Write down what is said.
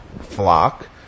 flock